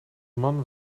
man